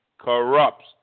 corrupts